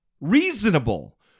reasonable